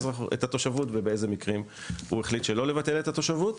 התשובות ובאילו מקרים הוא החליט שלא לבטל את התושבות,